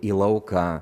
į lauką